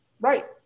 Right